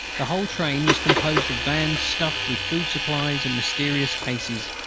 the whole train was composed of vans stuffed with food supplies and mysterious cases,